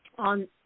on